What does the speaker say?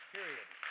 Period